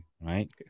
right